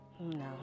No